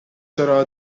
میدانید